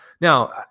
now